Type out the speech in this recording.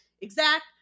exact